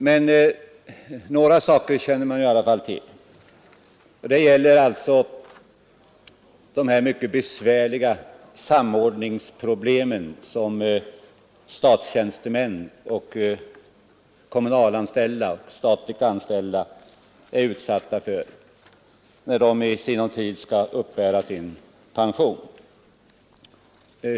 Men några saker känner man i alla fall till. Här gäller det alltså de mycket besvärliga samordningsproblemen för statligt och kommunalt anställda när de i sinom tid skall uppbära sin pension.